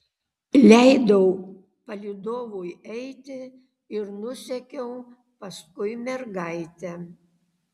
leidau palydovui eiti ir nusekiau paskui mergaitę